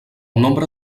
nombre